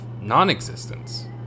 non-existence